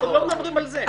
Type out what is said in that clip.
אנחנו לא מדברים על זה.